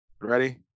Ready